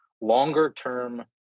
longer-term